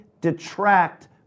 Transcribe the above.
detract